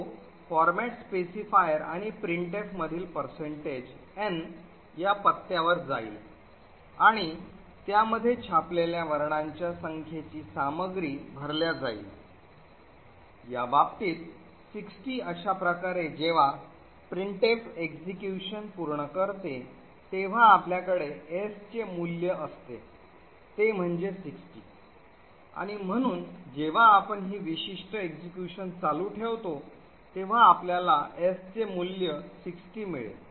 तो format specifier आणि printf मधील percentage n या पत्त्यावर जाईल आणि त्यामध्ये छापलेल्या वर्णांच्या संख्येची सामग्री भरल्या जाईल या बाबतीत 60 अशा प्रकारे जेव्हा प्रिंटफ execution पूर्ण करते तेव्हा आपल्याकडे s चे मूल्य असते ते म्हणजे 60 आणि म्हणून जेव्हा आपण ही विशिष्ट execution चालू ठेवतो तेव्हा आपल्याला s चे मूल्य 60 मिळेल